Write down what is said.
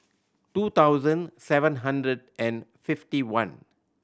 two thousand seven hundred and fifty one